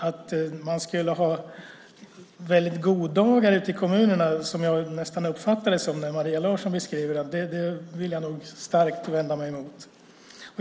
Att man skulle ha väldigt goda dagar ute i kommunerna, som jag nästan uppfattar det när Maria Larsson beskriver det, vill jag nog starkt vända mig emot.